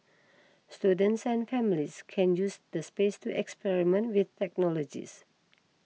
students and families can use the space to experiment with technologies